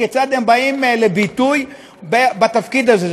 כיצד הם באים לביטוי בתפקיד הזה.